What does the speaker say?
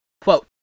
quote